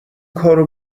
کارو